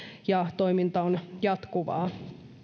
ja toiminta on jatkuvaa